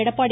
Edappadi